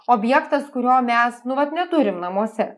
objektas kurio mes nu vat neturim namuose